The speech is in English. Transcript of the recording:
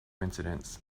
incidents